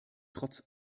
trotz